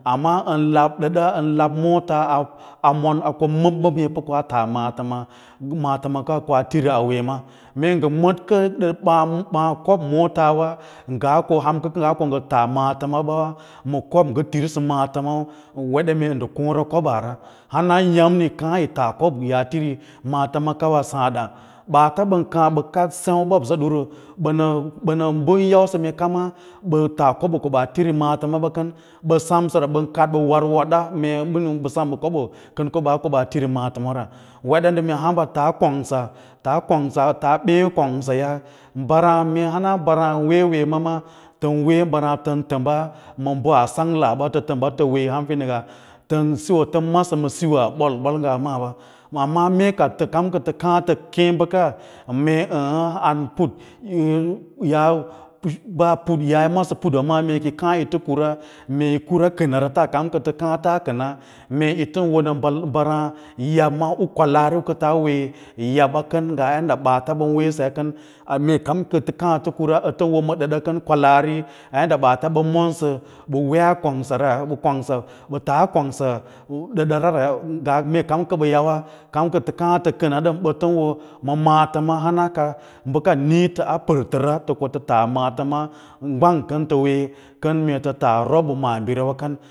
Amma ən laɓ ɓeta ən lab moota a ko məb məb hê pə koa taa maafəma u koa tiri a wee ma, mee ngə mədkə ɓaã kbo mootawa ngara ko a ham ko ngə taa maatəma ɓa ma koɓo ngə tirisə maatəmawa yin wed mee ndə koõra koɓaarə hana yaímna yi kaã yi tao, koɓo yaa tiri maatə ma kawa saãdda, baata ɓən kaã bə kar sēu ɓobosa ɗuru ɓə na ɓən yausə mee kama bə taa koɓo ko ɓaa tiri maatəma kən ɓə sem səra ɓə kaɗ bən war woɗa mee ə ɓə na ɓə sem ma kobo kən ko ɓa tiri maatəma ira ra weɗa mee hamɓa faa kongsa taa kongsa taa ɓeẽ kongsa mbəraa tən wee mbəraã tən təmba ma ba sanj laa ɓa tən təmba tə wee ham fidingga tan siyo tən masə ma diyaa ɓol-ɓol ngaa maaɓe wǎ ma mee kam kəfə kaã tə ke bəka mee əəyə an put yaa yi masə pufura maayǎ mee ko yi kaã yi tə kura yi kura kənawata kam kə tə kaã taa kəna mee yi tən wo ma mbəraã yaɓma u kwalaari kə taa wee yabꞌwa kən ngaa yadda ɓaata ɓən weesə kən, mee kam kə tə kaã fə kura ə tə wo ma ɗə da kən kwalaari ngaa yadda ɓaatan, monsə ɓə weeyara ham kongsa, ɓə taa kongsa u ɗəɗa raya kayau mee kam kə ɓə yawa kam kətə kaã tə kəna ɗəm ɓətən no ma maatəma hana ka bəka niĩtə a pərtəra tə ko tə tas maatəma bwang kən tə ko tə wee tə robo maabiri kən.